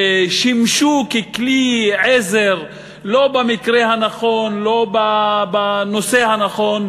ששימשו ככלי עזר לא במקרה הנכון, לא בנושא הנכון,